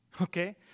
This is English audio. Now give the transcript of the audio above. Okay